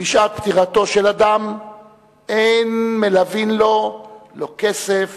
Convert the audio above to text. "בשעת פטירתו של אדם אין מלווין לו לא כסף